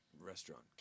restaurant